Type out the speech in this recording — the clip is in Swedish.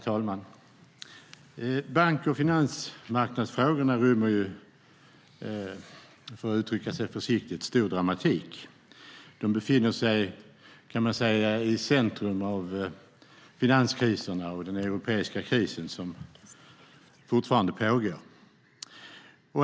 Herr talman! Bank och finansmarknadsfrågorna rymmer, för att uttrycka sig försiktigt, stor dramatik. De befinner sig, kan man säga, i centrum av finanskriserna och den europeiska krisen, som fortfarande pågår.